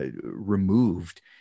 removed